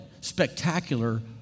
spectacular